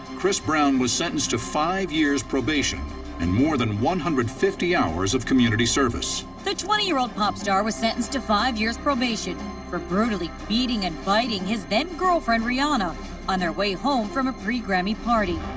chris brown was sentenced to five years probation and more than one hundred and fifty hours of community service. the twenty year old pop star was sentenced to five years probation for brutally beating and biting his then-girlfriend rihanna on their way home from a pre-grammy party.